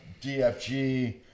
DFG